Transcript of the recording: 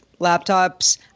laptops